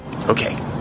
Okay